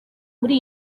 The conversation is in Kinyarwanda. muri